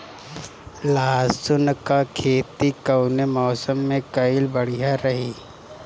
लहसुन क खेती कवने मौसम में कइल बढ़िया रही?